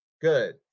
Good